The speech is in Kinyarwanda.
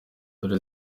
dore